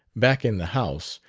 back in the house,